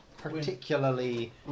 Particularly